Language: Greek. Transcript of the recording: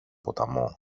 ποταμό